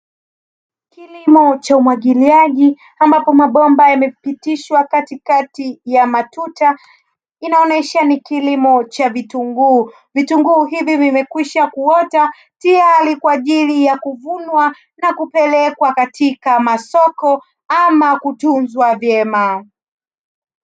Kilimo cha umwagiliaji ambapo mabomba yamepitishwa katikati ya matuta, inaonyesha ni kilimo cha vitunguu. Vitunguu hivi vimekwisha kuota, tayari kwa ajili ya kuvunwa na kupelekwa katika masoko ama kutunzwa vyema.